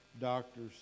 doctors